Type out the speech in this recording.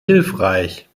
hilfreich